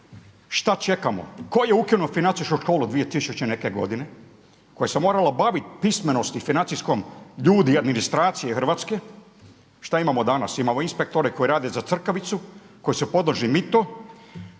Šta čekamo? Tko je ukinuo financijsku školu dvije tisuće i neke godine koje se moralo baviti pismenosti financijskom ljudi i administracije hrvatske? Šta imamo danas? Imamo inspektore koji rade za crkavicu, koji su podložni mitu.